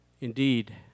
Indeed